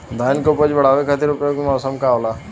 धान के उपज बढ़ावे खातिर उपयुक्त मौसम का होला?